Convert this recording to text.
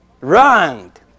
Wronged